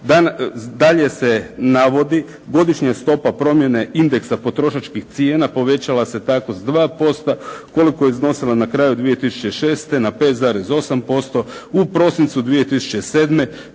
dalje se navodi: „Godišnja je stopa promjene indexa potrošačkih cijena povećala se tako sa 2% koliko je iznosila na kraju 2006. na 5.8%, u prosincu 2007.